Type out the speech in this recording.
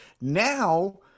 now